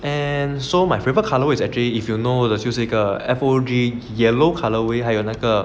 and so my favorite colour is actually if you know that 是一个 F O G yellow colour way 还有那个